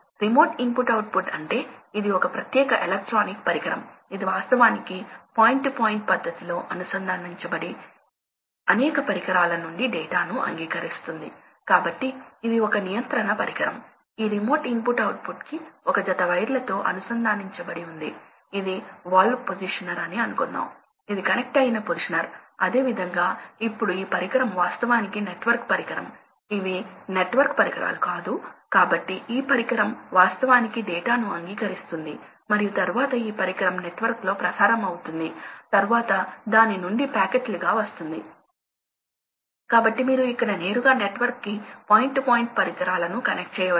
కాబట్టి ఇది మంచిది కాదు కాబట్టి మీరు కొన్నిసార్లు మీరు కూలంట్ ని పంపితే మరియు కొన్నిసార్లు మీరు కూలంట్ పంపకపోతే పరికరాలపై టెంపరేచర్ పల్సేట్ అవుతుంది మరియు ఈ టెంపరేచర్ రియాక్షన్ రేట్ ను ప్రభావితం చేస్తుంది ఇది పరికరాలపై థర్మల్ స్ట్రెస్ కు కారణం కావచ్చు కాబట్టి సాధారణంగా ఇండస్ట్రియల్ ఫ్లో కంట్రోల్ సమస్యలకు మనము అలాంటి పల్సేషన్లను తట్టుకోలేము కాబట్టి ఈ ఆన్ ఆఫ్ కంట్రోల్ పద్ధతి మంచిది కాదు